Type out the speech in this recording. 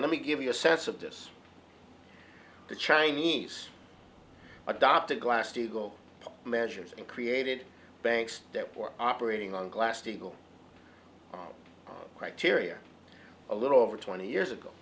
let me give you a sense of this the chinese adopt a glass to go measures and created banks that were operating on glass steagall criteria a little over twenty years ago